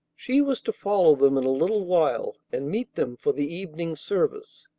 she was to follow them in a little while and meet them for the evening service.